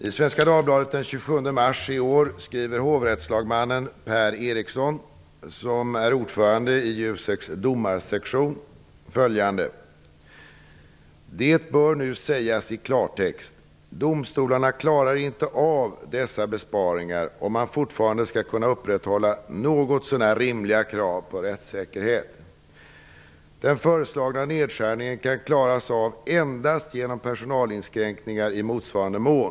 I Svenska Dagbladet den 27 mars i år skriver hovrättslagmannen Per Eriksson, som är ordförande i "Det bör nu sägas i klartext: Domstolarna klarar inte av dessa besparingar, om man fortfarande skall kunna upprätthålla något så när rimliga krav på rättssäkerhet. Den föreslagna nedskärningen kan klaras av endast genom personalinskränkningar i motsvarande mån.